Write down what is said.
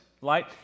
light